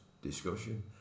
discussion